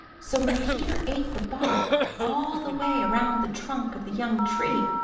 so when peter ate the bark all the way around the trunk of the young tree,